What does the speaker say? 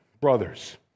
brothers